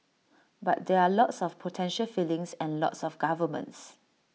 but there are lots of potential feelings and lots of governments